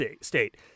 state